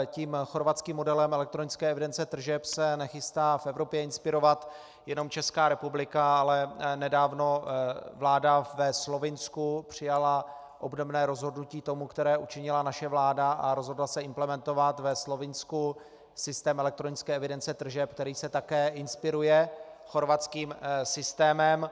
Tím chorvatským modelem elektronické evidence tržeb se nechystá v Evropě inspirovat jenom Česká republika, ale nedávno vláda ve Slovinsku přijala rozhodnutí obdobné tomu, které učinila naše vláda, a rozhodla se implementovat ve Slovinsku systém elektronické evidence tržeb, který se také inspiruje chorvatským systémem.